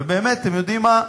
ובאמת, אתם יודעים מה,